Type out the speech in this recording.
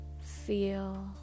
feel